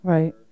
Right